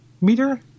meter